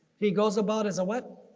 he goes about as a what?